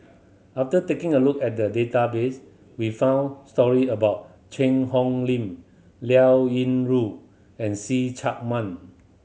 after taking a look at the database we found story about Cheang Hong Lim Liao Yingru and See Chak Mun